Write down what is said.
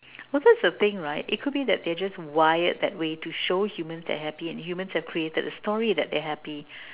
well that's the thing right it could be that they just wired that way to show humans they have been human have created the story that they have been